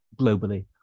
globally